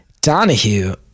Donahue